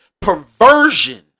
perversion